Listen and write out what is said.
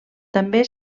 també